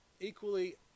equally